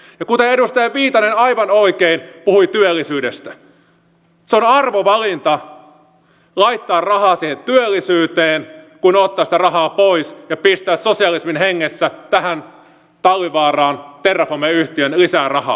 ja kuten edustaja viitanen aivan oikein puhui työllisyydestä se on arvovalinta laittaa rahaa siihen työllisyyteen tai ottaa sitä rahaa pois ja pistää sosialismin hengessä tähän talvivaaraan terrafame yhtiöön lisää rahaa